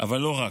אבל לא רק,